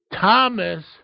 Thomas